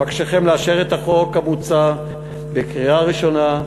אבקשכם לאשר את החוק המוצע בקריאה ראשונה,